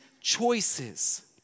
choices